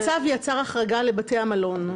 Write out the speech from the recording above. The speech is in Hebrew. הצו יצר החרגה לבתי המלון,